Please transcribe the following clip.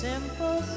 Simple